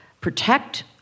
protect